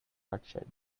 bloodshed